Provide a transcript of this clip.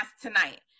tonight